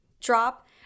drop